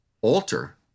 alter